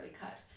cut